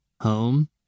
Home